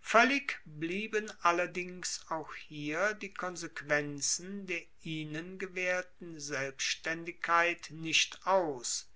voellig blieben allerdings auch hier die konsequenzen der ihnen gewaehrten selbstaendigkeit nicht aus